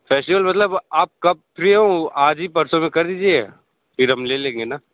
festival मतलब आप कब फ्री हो आज ही परसों कर दीजिए फिर हम ले लेंगे ना